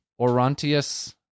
Orontius